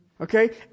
okay